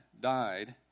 died